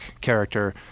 character